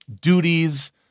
duties